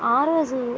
ఆ రోజు